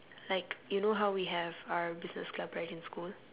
like you know how we have our business club right in school